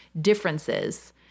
differences